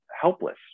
helpless